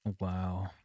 wow